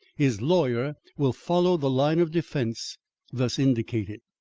his lawyer will follow the line of defence thus indicated.